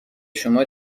شما